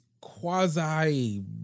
quasi